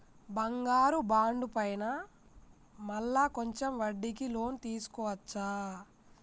బంగారు బాండు పైన మళ్ళా కొంచెం వడ్డీకి లోన్ తీసుకోవచ్చా?